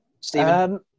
Stephen